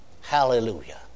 Hallelujah